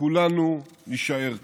כולנו נישאר כאן.